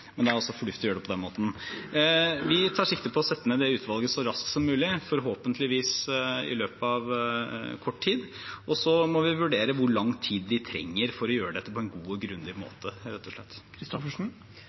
men det er fornuftig å gjøre det på den måten. Vi tar sikte på å sette ned det utvalget så raskt som mulig – forhåpentligvis i løpet av kort tid. Så må vi vurdere hvor lang tid de trenger for å gjøre dette på en god og grundig